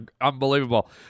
unbelievable